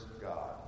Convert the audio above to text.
God